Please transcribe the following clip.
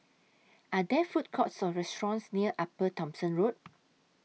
Are There Food Courts Or restaurants near Upper Thomson Road